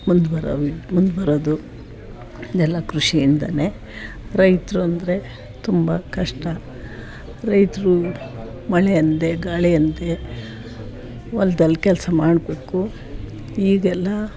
ಮುಂದೆ ಬರೋ ವಿ ಮುಂದೆ ಬರೋದು ಇದೆಲ್ಲ ಕೃಷಿಯಿಂದನೇ ರೈತರು ಅಂದರೆ ತುಂಬ ಕಷ್ಟ ರೈತರು ಮಳೆ ಅನ್ನದೇ ಗಾಳಿ ಅನ್ನದೇ ಹೊಲ್ದಲ್ ಕೆಲಸ ಮಾಡಬೇಕು ಈಗೆಲ್ಲ